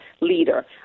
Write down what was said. leader